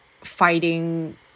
fighting